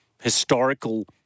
Historical